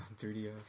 3DS